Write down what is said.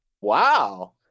Wow